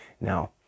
Now